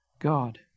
God